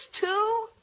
two